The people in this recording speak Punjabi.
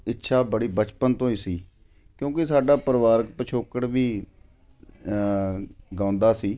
ਇੱਛਾ ਬੜੀ ਬਚਪਨ ਤੋਂ ਹੀ ਸੀ ਕਿਉਂਕਿ ਸਾਡਾ ਪਰਿਵਾਰਕ ਪਿਛੋਕੜ ਵੀ ਗਾਉਂਦਾ ਸੀ